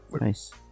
Nice